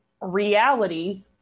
reality